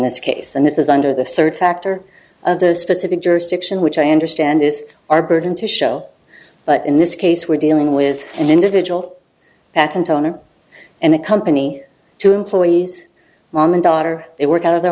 this case and it is under the third factor of the specific jurisdiction which i understand is our burden to show but in this case we're dealing with an individual patent owner and the company two employees mom and daughter they work out of their